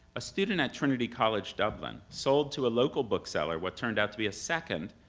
a student at trinity college dublin sold to a local bookseller what turned out to be a second,